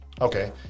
Okay